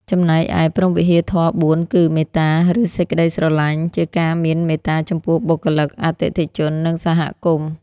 ចំណែកឯ ព្រហ្មវិហារធម៌៤គឺ មេត្តា ឬ សេចក្ដីស្រឡាញ់ ជាការមានមេត្តាចំពោះបុគ្គលិក អតិថិជន និងសហគមន៍។